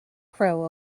crow